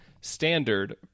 standard